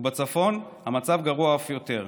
ובצפון המצב גרוע אף יותר,